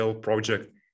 project